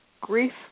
grief